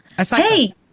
hey